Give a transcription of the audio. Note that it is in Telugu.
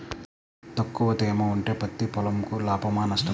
తక్కువ తేమ ఉంటే పత్తి పొలంకు లాభమా? నష్టమా?